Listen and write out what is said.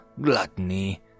gluttony